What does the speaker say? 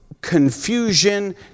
confusion